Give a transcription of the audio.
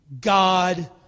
God